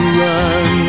run